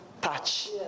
touch